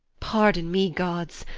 pardon me, gods!